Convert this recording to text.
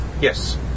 Yes